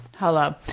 Hello